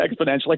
exponentially